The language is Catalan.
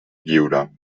lliure